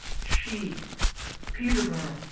she peterborough,